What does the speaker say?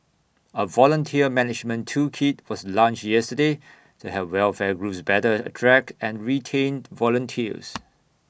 A volunteer management toolkit was launched yesterday to help welfare groups better attract and retained volunteers